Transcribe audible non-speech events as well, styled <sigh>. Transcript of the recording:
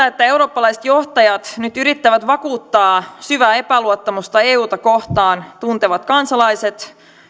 <unintelligible> että eurooppalaiset johtajat nyt yrittävät vakuuttaa syvää epäluottamusta euta kohtaan tuntevat kansalaiset